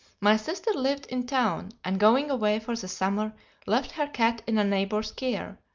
my sister lived in town and going away for the summer left her cat in a neighbor's care,